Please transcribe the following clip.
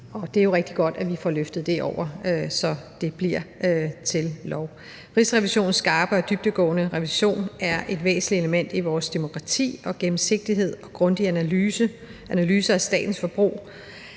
det er jo rigtig godt, at vi får løftet det over, så det bliver til lov. Rigsrevisionens skarpe og dybdegående revision er et væsentligt element i vores demokrati, og gennemsigtighed og grundige analyser af statens forbrug